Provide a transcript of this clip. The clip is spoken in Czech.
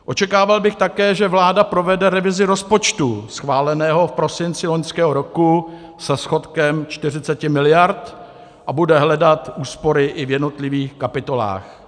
Očekával bych také, že vláda provede revizi rozpočtu schváleného v prosinci loňského roku se schodkem 40 miliard a bude hledat úspory i v jednotlivých kapitolách.